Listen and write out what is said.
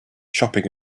shopping